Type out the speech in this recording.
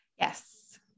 Yes